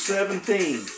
Seventeen